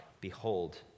behold